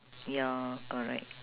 ya correct